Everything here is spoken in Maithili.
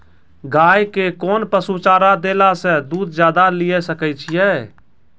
गाय के कोंन पसुचारा देला से दूध ज्यादा लिये सकय छियै?